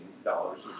Dollars